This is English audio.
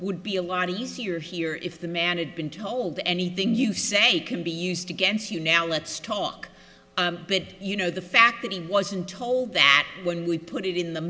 would be a lot easier here if the man it's been told anything you say can be used against you now let's talk you know the fact that he wasn't told that when we put it in the